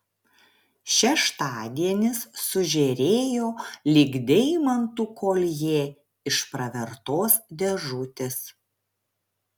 šeštadienis sužėrėjo lyg deimantų koljė iš pravertos dėžutės